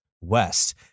west